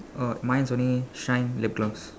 oh mine is only shine lip gloss